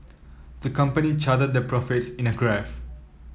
the company charted their profits in a graph